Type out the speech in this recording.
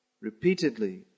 repeatedly